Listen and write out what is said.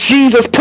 Jesus